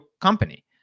company